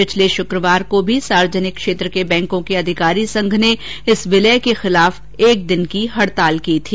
पिछले शुक्रवार को भी सार्वजनिक क्षेत्र के बैंकों के अधिकारी संघ ने इस विलय के खिलाफ एक दिन की हड़ताल की थी